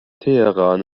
teheran